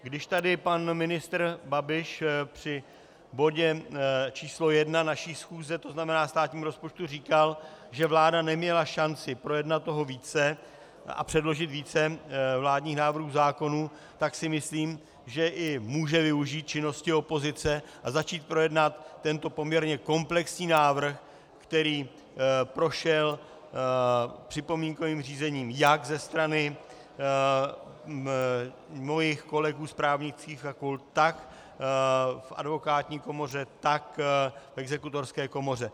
Když tady pan ministr Babiš při bodě číslo jedna naší schůze, to znamená státním rozpočtu, říkal, že vláda neměla šanci projednat toho více a předložit více vládních návrhů zákonů, tak si myslím, že i může využít činnosti opozice a začít projednávat tento poměrně komplexní návrh, který prošel připomínkovým řízením jak ze strany mých kolegů z právnických fakult, tak v advokátní komoře, tak v exekutorské komoře.